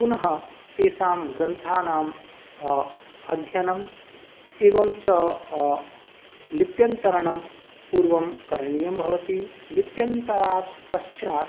पुनः तेषां ग्रन्थानाम् अध्ययनम् एवं च लिप्यन्तरणं पूर्वं करणीयं भवति लिप्यन्तरात् पश्चात्